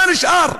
מה נשאר?